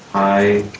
i